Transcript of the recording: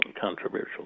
controversial